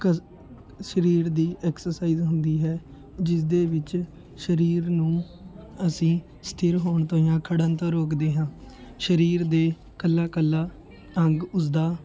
ਕਸ ਸਰੀਰ ਦੀ ਐਕਸਰਸਾਈਜ਼ ਹੁੰਦੀ ਹੈ ਜਿਸਦੇ ਵਿੱਚ ਸਰੀਰ ਨੂੰ ਅਸੀਂ ਸਥਿਰ ਹੋਣ ਤੋਂ ਜਾਂ ਖੜ੍ਹਨ ਤੋਂ ਰੋਕਦੇ ਹਾਂ ਸਰੀਰ ਦੇ ਇਕੱਲਾ ਇਕੱਲਾ ਅੰਗ ਉਸਦਾ